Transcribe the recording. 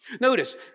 Notice